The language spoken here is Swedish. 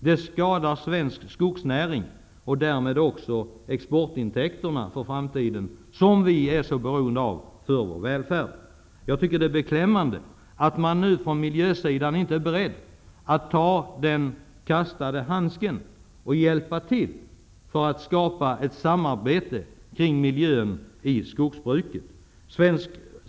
Det skadar svensk skogsnäring och därmed riskeras också exportintäkterna för framtiden, vilka vi är så beroende av för vår välfärd. Jag tycker att det är beklämmande att man från miljösidan inte är beredd att ta den kastade handsken och hjälpa till att skapa ett samarbete kring miljön i skogsbruket.